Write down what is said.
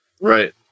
Right